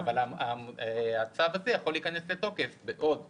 אבל הצו יכול להיכנס לתוקף בזמן שונה.